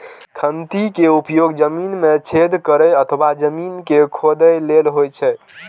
खंती के उपयोग जमीन मे छेद करै अथवा जमीन कें खोधै लेल होइ छै